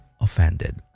offended